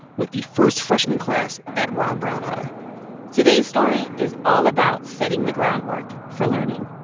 with the first freshmen class at ron brown high today's story is all about setting the groundwork for learning